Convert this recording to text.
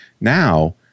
now